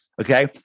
okay